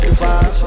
five